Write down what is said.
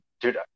dude